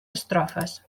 estrofes